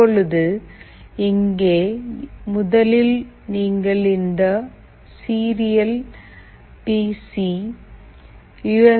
இப்போது இங்கே முதலில் நீங்கள் இந்த சீரியல் பி சி யூ